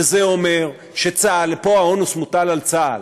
וזה אומר שצה"ל, פה העומס מוטל על צה"ל,